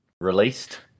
released